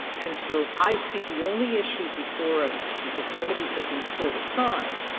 and, so, i see the only issue before us, because remedies have been put aside,